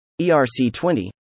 ERC20